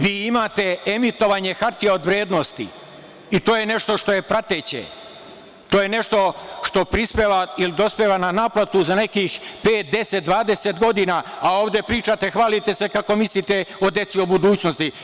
Vi imate emitovanje hartija od vrednosti, i to je nešto što je prateće, to je nešto što prispeva ili dospeva na naplatu za nekih pet, 10, 20 godina, a ovde pričate, hvalite se kako mislite o deci, o budućnosti.